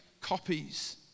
copies